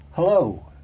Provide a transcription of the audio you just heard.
Hello